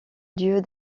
lieu